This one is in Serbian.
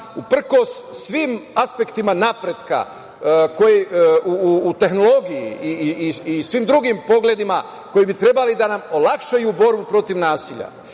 uprkos svim aspektima napretka koji u tehnologiji i svim drugim pogledima koji bi trebali da nam olakšaju borbu protiv nasilja,